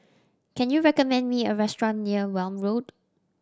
can you recommend me a restaurant near Welm Road